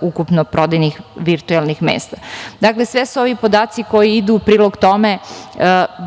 ukupno prodajnih virtuelnih mesta. Dakle, sve su ovo podaci koji idu u prilog tome